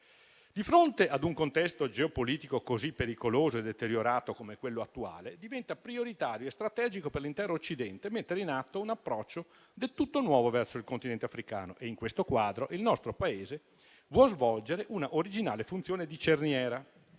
Di fronte ad un contesto geopolitico così pericoloso e deteriorato come quello attuale, diventa prioritario e strategico per l'intero Occidente mettere in atto un approccio del tutto nuovo verso il Continente africano. In questo quadro il nostro Paese vuol svolgere una originale funzione di cerniera